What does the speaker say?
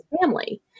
family